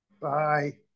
Bye